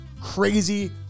crazy